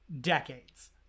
decades